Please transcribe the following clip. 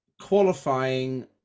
qualifying